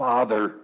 Father